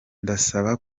ndasaba